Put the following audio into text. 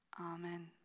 Amen